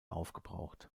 aufgebraucht